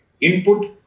input